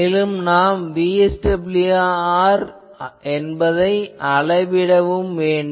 மேலும் நாம் VSWR என்பதை அளவிட வேண்டும்